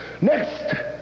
Next